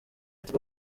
tigo